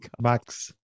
Max